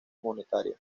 monetaria